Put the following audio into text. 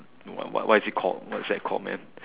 what what what is it called what's that called man